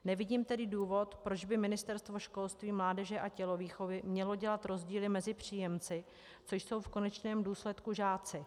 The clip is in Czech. Nevidím tedy důvod, proč by Ministerstvo školství, mládeže a tělovýchovy mělo dělat rozdíly mezi příjemci, což jsou v konečném důsledku žáci.